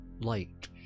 light